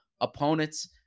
opponents